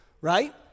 right